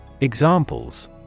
Examples